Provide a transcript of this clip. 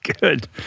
Good